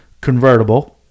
convertible